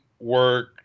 work